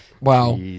Wow